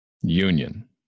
Union